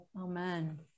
Amen